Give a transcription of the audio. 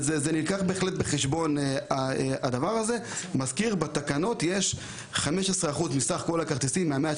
אני מזכיר שבתקנות נאמר ש-15% מסך כל הכרטיסים כלומר,